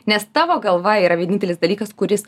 nes tavo galva yra vienintelis dalykas kuris